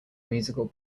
musical